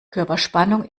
körperspannung